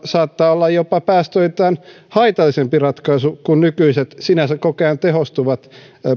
saattaa olla jopa päästöiltään haitallisempi ratkaisu kuin nykyiset sinänsä koko ajan tehostuvat